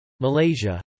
Malaysia